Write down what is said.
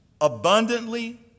abundantly